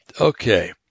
Okay